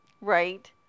right